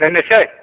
दोननोसै